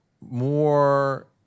more